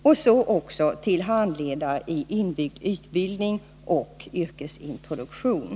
Det gäller även för handledare i inbyggd utbildning och yrkesintroduktion.